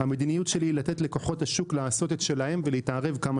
המדיניות שלי היא לתת לכוחות השוק לעשות את שלהם ולהתערב כמה